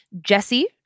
Jesse